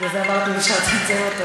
בגלל זה אמרתי, אם אפשר לכבות אותו.